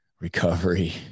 recovery